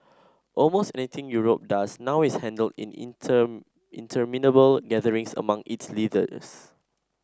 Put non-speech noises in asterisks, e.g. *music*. almost anything Europe does now is handled in *unintelligible* interminable gatherings among its leaders